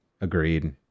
Agreed